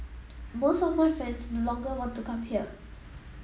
most of my friends no longer want to come here